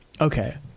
okay